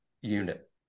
unit